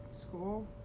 school